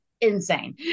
insane